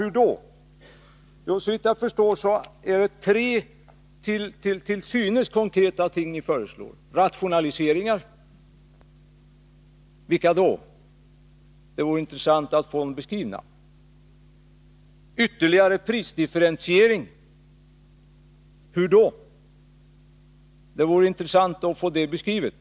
Hur skall det gå till? Såvitt jag förstår är det tre till synes konkreta åtgärder som ni föreslår. För det första gäller det rationaliseringar. Vilka då? Det vore intressant att få dem beskrivna. För det andra är det ytterligare prisdifferentiering. Hur då? Det vore intressant att få det beskrivet.